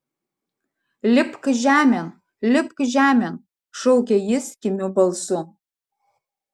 lipk žemėn lipk žemėn šaukė jis kimiu balsu